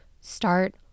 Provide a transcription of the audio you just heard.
start